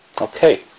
Okay